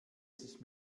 sich